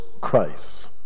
Christ